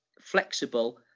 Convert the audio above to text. flexible